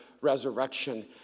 resurrection